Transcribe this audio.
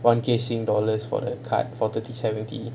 one K singapore dollars for the card for thirty seventy